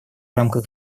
рамках